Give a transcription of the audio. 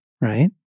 right